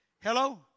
Hello